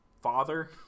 father